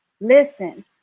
Listen